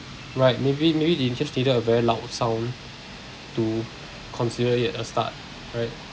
right maybe maybe they just needed a very loud sound to consider it a start right